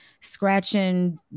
scratching